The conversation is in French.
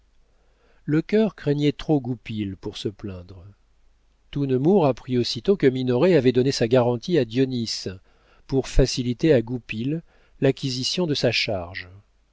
centimes lecœur craignait trop goupil pour se plaindre tout nemours apprit aussitôt que minoret avait donné sa garantie à dionis pour faciliter à goupil l'acquisition de sa charge